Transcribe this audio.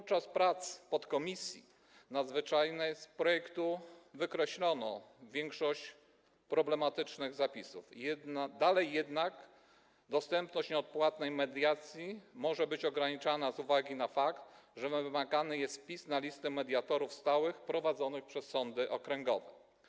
W trakcie prac podkomisji nadzwyczajnej z projektu wykreślono większość problematycznych zapisów, dalej jednak dostępność nieodpłatnej mediacji może być ograniczona z uwagi na fakt, że wymagany jest wpis na listy mediatorów stałych prowadzone przez sądy okręgowe.